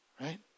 right